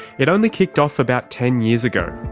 it only kicked off about ten years ago,